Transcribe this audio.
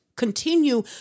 Continue